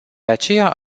aceea